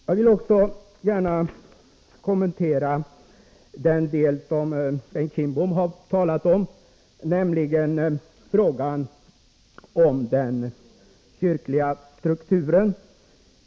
Jag vill också gärna kommentera vad Bengt Kindbom talat om, nämligen frågan om den kyrkliga strukturen.